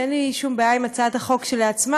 אין לי שום בעיה עם הצעת החוק כשלעצמה,